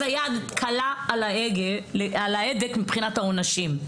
אז היד קלה על ההדק מבחינת העונשים: